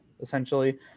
essentially